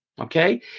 Okay